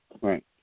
Right